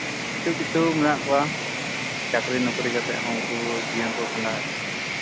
ᱠᱤᱪᱷᱩ ᱠᱤᱪᱷᱩ ᱢᱮᱱᱟᱜ ᱠᱚᱣᱟ ᱪᱟᱹᱠᱨᱤ ᱱᱚᱠᱨᱤ ᱠᱟᱛᱮᱫ ᱦᱚᱸ ᱩᱱᱠᱩ ᱡᱤᱭᱚᱱ ᱠᱚ ᱠᱷᱟᱱᱰᱟᱣᱮᱫᱼᱟ